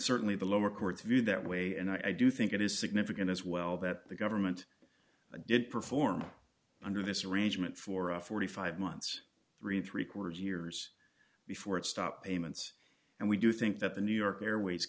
certainly the lower courts view that way and i do think it is significant as well that the government did perform under this arrangement for a forty five months thirty three quarters years before it stopped payments and we do think that the new york airways